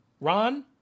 Ron